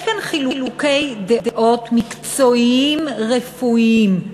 יש כאן חילוקי דעות מקצועיים רפואיים.